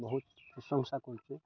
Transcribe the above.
ବହୁତ ପ୍ରଶଂସା କରୁଛି